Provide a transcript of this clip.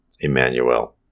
Emmanuel